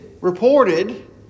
reported